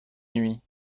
nuit